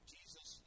Jesus